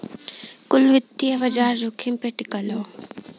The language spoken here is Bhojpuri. कुल वित्तीय बाजार जोखिम पे टिकल हौ